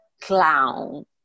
clown